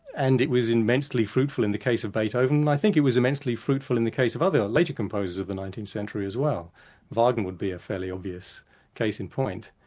and it was immensely fruitful in the case of beethoven, and i think it was immensely fruitful in the case of other, later composers of the nineteenth century as well wagner would be a fairly obvious case in point.